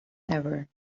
ever